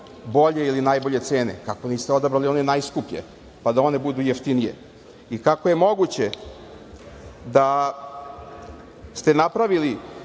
bolje ili najbolje cene, kako niste odabrali one najskuplje, pa da one budu jeftinije. Kako je moguće da ste napravili